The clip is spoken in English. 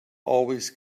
always